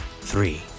three